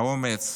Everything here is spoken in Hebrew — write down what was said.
האומץ,